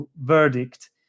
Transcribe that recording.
verdict